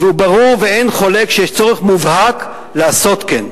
וברור ואין חולק שיש צורך מובהק לעשות כן.